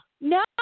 No